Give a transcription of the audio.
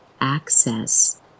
access